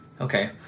Okay